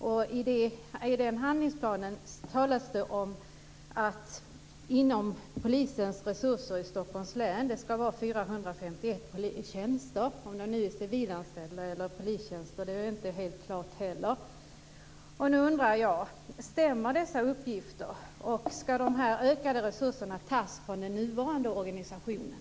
I den handlingsplanen talas det om att det ska finnas 451 tjänster inom Polisen i Stockholms län. Om det är civilanställda eller polistjänster är heller inte helt klart. Nu undrar jag om dessa uppgifter stämmer. Ska dessa ökade resurser tas från den nuvarande organisationen?